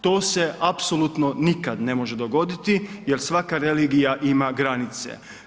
To se apsolutno nikad ne može dogoditi jer svaka religija ima granice.